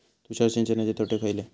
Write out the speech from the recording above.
तुषार सिंचनाचे तोटे खयले?